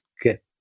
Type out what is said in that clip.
get